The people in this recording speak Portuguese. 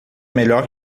melhor